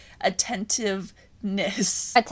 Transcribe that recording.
Attentiveness